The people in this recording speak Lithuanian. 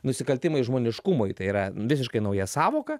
nusikaltimai žmoniškumui tai yra visiškai nauja sąvoka